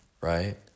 right